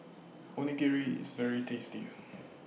Onigiri IS very tasty